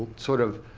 sort of,